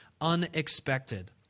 unexpected